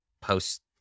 post